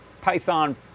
python